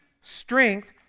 strength